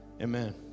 amen